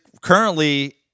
currently